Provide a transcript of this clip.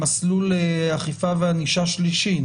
מסלול אכיפה וענישה שלישי,